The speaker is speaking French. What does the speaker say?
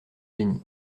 bénit